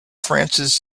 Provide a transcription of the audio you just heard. francis